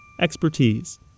Expertise